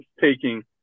taking